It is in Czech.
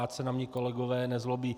Ať se na mě kolegové nezlobí.